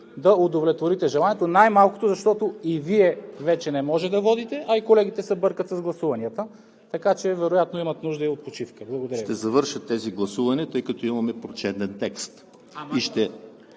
да удовлетворите желанието, най-малкото защото и Вие вече не можете да водите, а и колегите се бъркат с гласуванията, така че вероятно имат нужда и от почивка. Благодаря Ви. ПРЕДСЕДАТЕЛ ЕМИЛ ХРИСТОВ: Ще завърша тези гласувания, тъй като имаме прочетен текст.